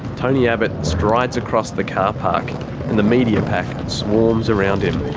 tony abbott strides across the car park and the media pack swarms around him.